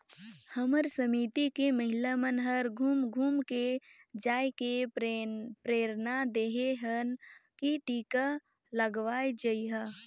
हमर समिति के महिला मन हर घुम घुम के जायके प्रेरना देहे हन की टीका लगवाये जइहा